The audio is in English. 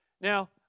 Now